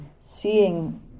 seeing